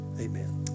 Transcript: Amen